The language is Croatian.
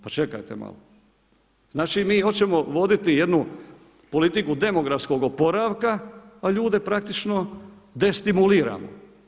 Pa čekajte malo, znači mi hoćemo voditi jednu politiku demografskog oporavka a ljude praktično destimuliramo.